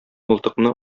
мылтыкны